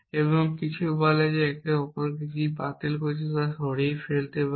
এবং কিছু বলে একে অপরকে কী বাতিল করছে তা সরিয়ে ফেলতে পারি